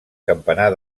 campanar